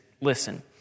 listen